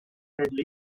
deadly